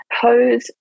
pose